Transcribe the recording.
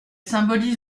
symbolise